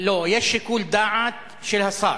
לא, יש שיקול דעת של השר,